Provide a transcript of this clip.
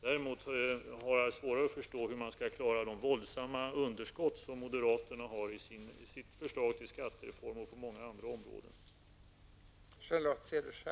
Däremot har jag svårare att förstå hur man skall kunna klara de våldsamma underskott som moderaterna har i sitt förslag till skattereform och på många andra områden.